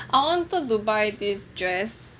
I wanted to buy this dress